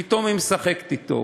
פתאום היא משחקת אתו.